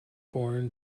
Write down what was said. born